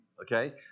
okay